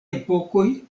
epokoj